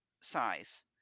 size